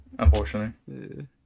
Unfortunately